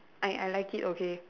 I I like it okay